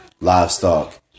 livestock